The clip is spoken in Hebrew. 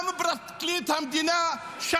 גם פרקליט המדינה -- ניצן.